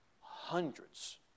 hundreds